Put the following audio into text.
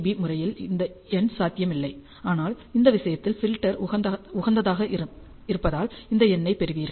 நடைமுறையில் இந்த எண் சாத்தியம் இல்லை ஆனால் இந்த விஷயத்தில் ஃபில்டர் உகந்ததாக இருப்பதால் இந்த எண்ணைப் பெறுவீர்கள்